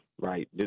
Right